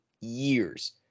years